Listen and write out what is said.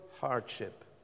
hardship